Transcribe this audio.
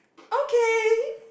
okay